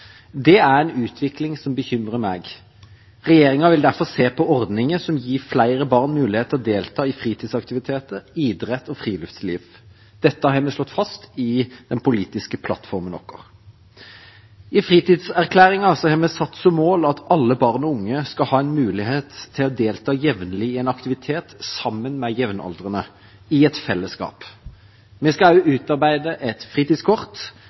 Det er en utvikling som bekymrer meg. Regjeringa vil derfor se på ordninger som gir flere barn mulighet til å delta i fritidsaktiviteter, idrett og friluftsliv. Dette har vi slått fast i den politiske plattformen vår. I fritidserklæringen har vi satt som mål at alle barn og unge skal ha mulighet til å delta jevnlig i en aktivitet sammen med jevnaldrende i et fellesskap. Vi skal også utarbeide et fritidskort